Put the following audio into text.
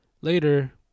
Later